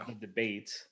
Debate